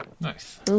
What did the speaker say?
nice